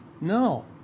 No